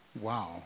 Wow